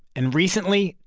and recently,